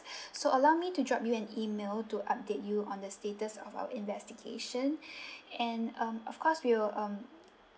so allow me to drop you an email to update you on the status of our investigation and um of course we will um